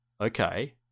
okay